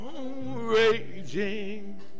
raging